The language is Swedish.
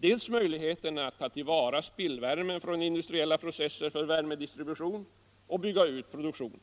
dels möjligheterna att ta till vara spillvärme från industriella processer för värmedistribution och bygga ut produktionen.